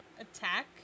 attack